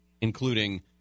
including